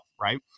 right